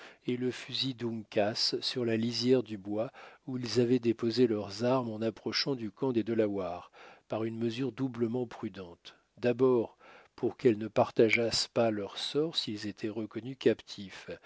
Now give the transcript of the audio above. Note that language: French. et le fusil d'uncas sur la lisière du bois où ils avaient déposé leurs armes en approchant du camp des delawares par une mesure doublement prudente d'abord pour qu'elles ne partageassent pas leur sort s'ils étaient reconnus captifs